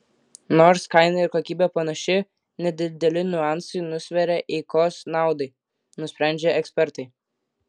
nors kaina ir kokybė panaši nedideli niuansai nusveria eikos naudai nusprendžia ekspertai